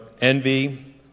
envy